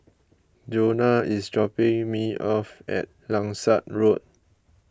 Jonah is dropping me off at Langsat Road